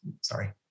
Sorry